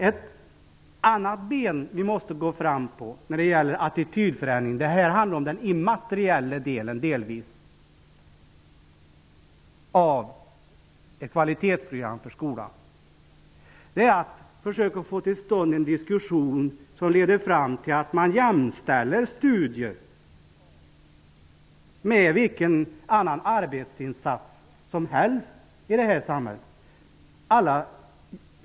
Ett annat ben vi måste gå fram på när det gäller attitydförändring av ett kvalitetsprogram för skolan -- det här handlar delvis om den immateriella delen -- är att försöka få till stånd en diskussion som leder fram till att man jämställer studier med vilken annan arbetsinsats som helst i samhället.